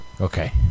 Okay